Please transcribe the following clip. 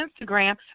Instagram